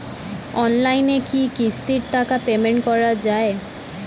অনলাইনে কি কিস্তির টাকা পেমেন্ট করা যায়?